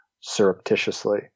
surreptitiously